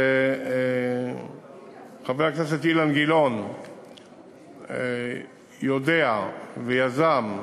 חבר הכנסת אילן גילאון יודע ויזם,